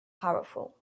powerful